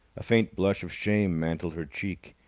a faint blush of shame mantled her cheek,